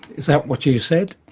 is that what you said?